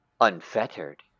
unfettered